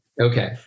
Okay